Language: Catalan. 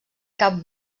cap